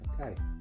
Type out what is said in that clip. Okay